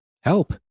help